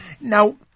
Now